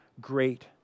great